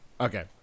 Okay